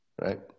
right